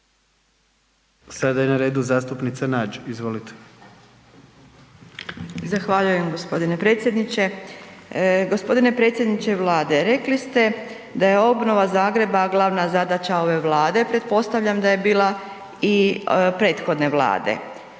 Sada je na redu zastupnica Nađ, izvolite. **Nađ, Vesna (SDP)** Zahvaljujem g. predsjedniče. g. Predsjedniče vlade, rekli ste da je obnova Zagreba glavna zadaća ove vlade, pretpostavljam da je bila i prethodne vlade.